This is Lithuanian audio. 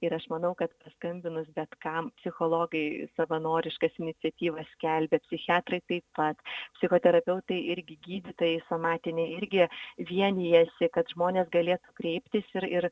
ir aš manau kad paskambinus bet kam psichologai savanoriškas iniciatyvas skelbia psichiatrai taip pat psichoterapeutai irgi gydytojai somatiniai irgi vienijasi kad žmonės galėtų kreiptis ir ir